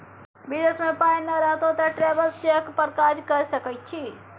विदेश मे पाय नहि रहितौ तँ ट्रैवेलर्स चेक पर काज कए सकैत छी